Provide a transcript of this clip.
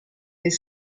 fait